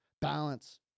Balance